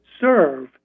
serve